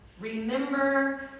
remember